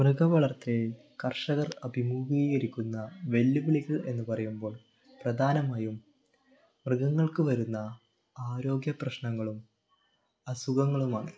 മൃഗ വളർത്തലിൽ കർഷകർ അഭിമുഖീകരിക്കുന്ന വെല്ലുവിളികൾ എന്ന് പറയുമ്പോൾ പ്രധാനമായും മൃഗങ്ങൾക്ക് വരുന്ന ആരോഗ്യപ്രശ്നങ്ങളും അസുഖങ്ങളുമാണ്